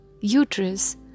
uterus